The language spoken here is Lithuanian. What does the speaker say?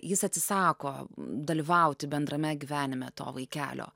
jis atsisako dalyvauti bendrame gyvenime to vaikelio